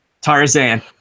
Tarzan